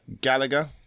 Gallagher